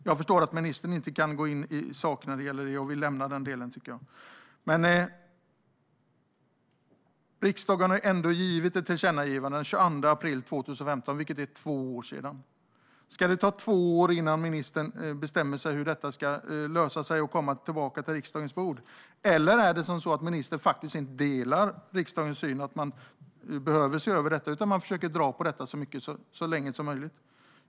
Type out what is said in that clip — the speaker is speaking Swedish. Jag förstår att ministern inte kan gå in på Skatteverkets agerande, så jag lämnar den delen. Riksdagen gjorde ett tillkännagivande den 22 april 2015, vilket är för snart två år sedan. Ska det ta två år till innan ministern bestämmer sig för hur detta ska lösa sig och kommer tillbaka med ett svar till riksdagens bord? Eller är det så att ministern faktiskt inte delar riksdagens syn att detta behöver ses över utan försöker dra ut på detta så länge som möjligt?